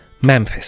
Memphis